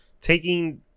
taking